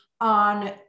on